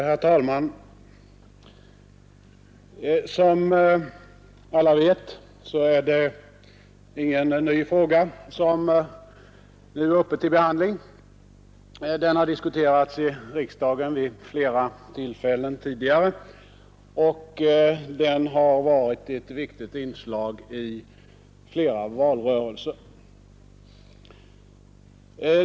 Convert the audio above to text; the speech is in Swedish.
Herr talman! Som alla vet är det ingen ny fråga som nu är uppe till behandling. Den har diskuterats i riksdagen vid flera tillfällen tidigare, och den har varit ett viktigt inslag i flera valrörelser.